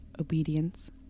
obedience